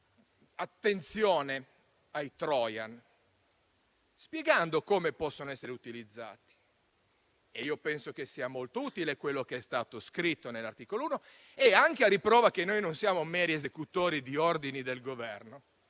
di attenzione ai *trojan*, spiegando come possono essere utilizzati. Penso che sia molto utile quello che è stato scritto nell'articolo 1. Inoltre, a riprova del fatto che non siamo meri esecutori di ordini del Governo